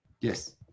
yes